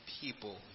people